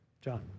john